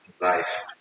life